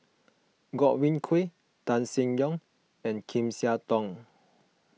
Godwin Koay Tan Seng Yong and Lim Siah Tong